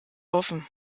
offen